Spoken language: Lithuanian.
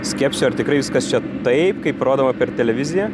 skepčiu ar tikrai viskas čia taip kaip rodoma per televiziją